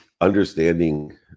understanding